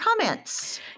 comments